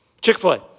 Chick-fil-A